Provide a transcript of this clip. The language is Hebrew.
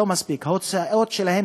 ההוצאות שלהם,